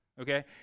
Okay